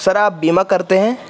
سر آپ بیمہ کرتے ہیں